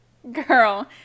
Girl